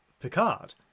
Picard